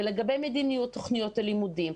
לגבי מדיניות תוכניות הלימודים,